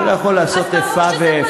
אבל אני לא יכול לעשות איפה ואיפה.